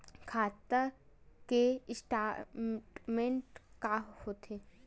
खाता के स्टेटमेंट का होथे?